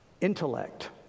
intellect